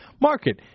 market